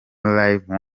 live